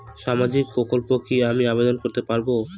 সামাজিক প্রকল্পে কি আমি আবেদন করতে পারবো?